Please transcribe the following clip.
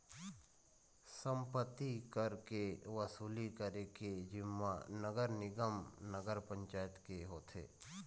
सम्पत्ति कर के वसूली करे के जिम्मा नगर निगम, नगर पंचायत के होथे